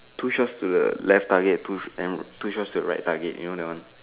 two shots to the left target two and two shots to the right target you know that one